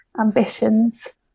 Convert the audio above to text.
ambitions